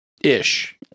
ish